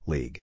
League